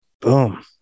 Boom